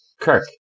Kirk